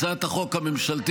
הצעת החוק הממשלתית,